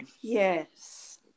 Yes